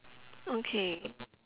okay